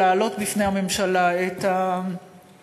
להעלות בפני הממשלה את הנושא,